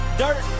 dirt